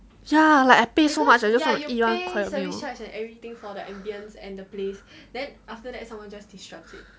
ya like I pay so much I just want to eat quietly